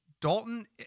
Dalton –